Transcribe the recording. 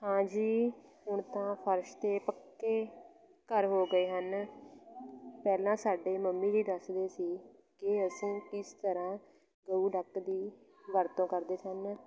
ਹਾਂਜੀ ਹੁਣ ਤਾਂ ਫਰਸ਼ ਅਤੇ ਪੱਕੇ ਘਰ ਹੋ ਗਏ ਹਨ ਪਹਿਲਾਂ ਸਾਡੇ ਮੰਮੀ ਜੀ ਦੱਸਦੇ ਸੀ ਕਿ ਅਸੀਂ ਕਿਸ ਤਰ੍ਹਾਂ ਗਊ ਡਕ ਦੀ ਵਰਤੋਂ ਕਰਦੇ ਸਨ